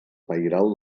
pairal